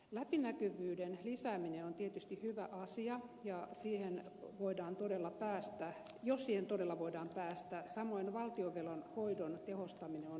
läpinäkyvyyden lisääminen on tietysti hyvä asia jos siihen todella voidaan päästä samoin valtionvelan hoidon tehostaminen on tärkeä tavoite